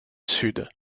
sud